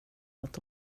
att